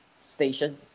station